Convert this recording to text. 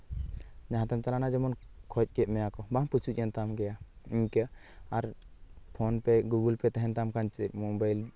ᱡᱟᱦᱟᱸᱛᱮᱢ ᱪᱟᱞᱟᱣᱮᱱᱟ ᱡᱮᱢᱚᱱ ᱠᱷᱚᱡ ᱠᱮᱫ ᱢᱮᱭᱟ ᱠᱚ ᱵᱟᱝ ᱯᱩᱪᱩᱡ ᱮᱱ ᱛᱟᱢ ᱜᱮᱭᱟ ᱤᱱᱠᱟᱹ ᱟᱨ ᱯᱷᱳᱱ ᱯᱮ ᱜᱩᱜᱩᱞ ᱯᱮ ᱛᱟᱦᱮᱱ ᱛᱟᱢ ᱠᱷᱟᱱ ᱪᱮᱫ ᱢᱳᱵᱟᱭᱤᱞ